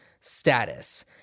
status